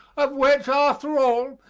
of which, after all,